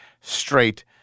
straight